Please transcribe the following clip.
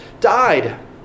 Died